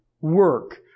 work